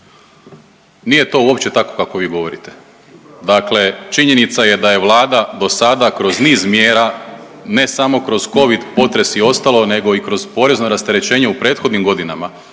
Nije to uopće tako kako vi govorite. Dakle, činjenica je da je vlada dosada kroz niz mjera ne samo kroz Covid, potres i ostalo nego i kroz porezno rasterećenje u prethodnim godinama